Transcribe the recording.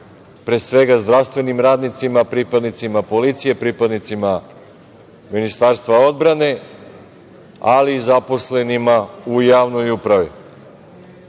pre svega zdravstvenim radnicima, pripadnicima policije, pripadnicima Ministarstva odbrane, ali i zaposlenima u javnoj upravi.